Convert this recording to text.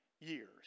years